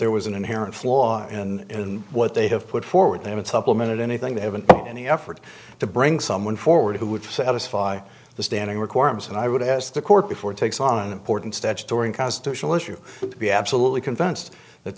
there was an inherent flaw in what they have put forward and supplemented anything they haven't any effort to bring someone forward who would satisfy the standing requirements and i would ask the court before it takes on an important statutory constitutional issue to be absolutely convinced that